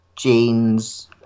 Jeans